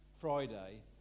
Friday